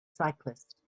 cyclists